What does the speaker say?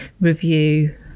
review